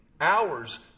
Hours